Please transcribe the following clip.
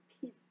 peace